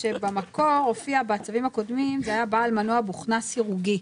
במקור הופיע בצווים הקודמים "בעל מנוע בוכנה סירוגי"